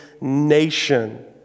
nation